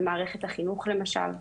במערכת החינוך למשל,